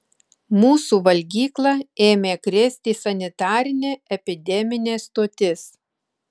mūsų valgyklą ėmė krėsti sanitarinė epideminė stotis